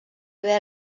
haver